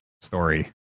story